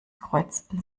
kreuzten